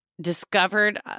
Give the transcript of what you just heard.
discovered